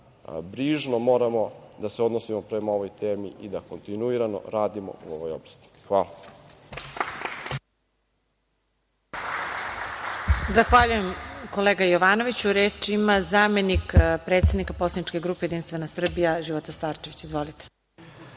brižno moramo da se odnosimo prema ovoj temi i da kontinuirano radimo u ovoj oblasti. Hvala.